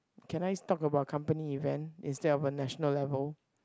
can I talk about company event instead of a national level